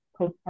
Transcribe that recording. postpartum